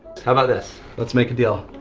how about this? let's make a deal.